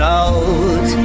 out